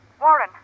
Warren